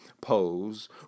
pose